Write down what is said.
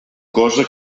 cosa